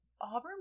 Auburn